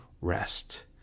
rest